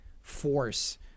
force